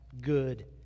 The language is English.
good